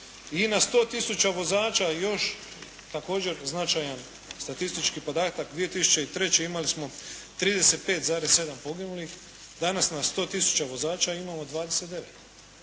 I na 100 tisuća vozača još također značajan statistički podatak 2003. imali smo 35,7 poginulih, danas na 100 tisuća vozača imamo 29.